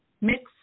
mix